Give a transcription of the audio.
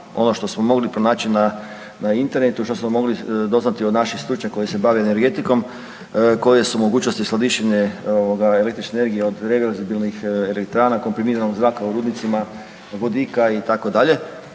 ono što smo mogli pronaći na internetu, što smo mogli doznati od naših stručnjaka koji se bave energetikom, koje su mogućnosti skladištenja ovoga električne energije od …/Govornik se ne razumije/…elektrana, komprimiranog zraka u rudnicima, vodika itd..